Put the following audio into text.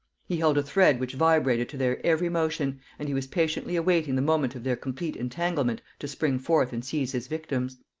he held a thread which vibrated to their every motion, and he was patiently awaiting the moment of their complete entanglement to spring forth and seize his victims.